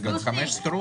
סעיפים 31(2) ו-(4),